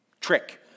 trick